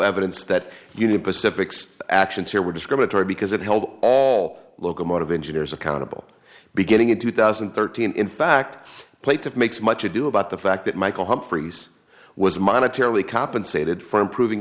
evidence that you pacific's actions here were discriminatory because it held all locomotive engineers accountable beginning in two thousand and thirteen in fact plate that makes much ado about the fact that michael humphries was monetary compensated for improving